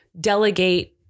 delegate